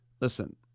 listen